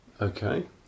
okay